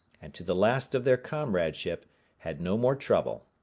and to the last of their comradeship had no more trouble.